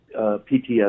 PTSD